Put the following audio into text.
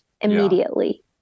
immediately